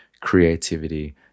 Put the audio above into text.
creativity